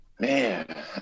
Man